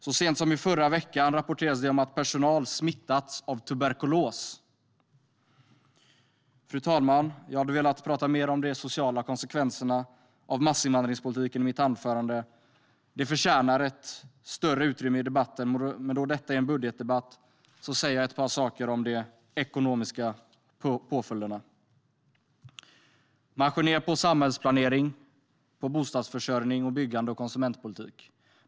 Så sent som i förra veckan rapporterades det om att personal smittats av tuberkulos. Fru talman! Jag hade velat tala mer om de sociala konsekvenserna av massinvandringspolitiken i mitt anförande - de förtjänar ett större utrymme i debatten - men eftersom detta är en budgetdebatt ska jag säga ett par saker om de ekonomiska följderna. Man skär ned på samhällsplanering, bostadsförsörjning, byggande och konsumentpolitik.